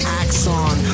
axon